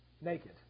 naked